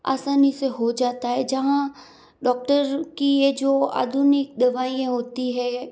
आसानी से हो जाता है जहाँ डॉक्टर की यह जो आधुनिक दवाइयाँ होती है